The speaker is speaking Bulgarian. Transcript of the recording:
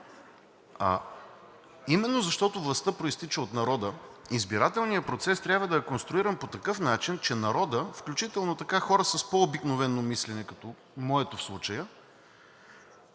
Именно защото властта произтича от народа, избирателният процес трябва да е конструиран по такъв начин, че народът, включително хора с по-обикновено мислене, като моето в случая,